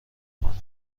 کنه